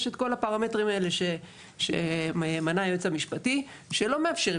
יש את כל הפרמטרים האלה שמנה היועץ המשפטי שלא מאפשרים.